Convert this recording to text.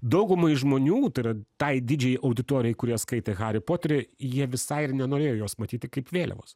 daugumai žmonių tai yra tai didžiajai auditorijai kurie skaitė harį poterį jie visai ir nenorėjo jos matyti kaip vėliavos